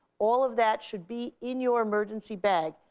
all of that should be in your emergency bag.